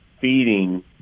feeding